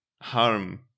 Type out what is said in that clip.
harm